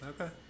Okay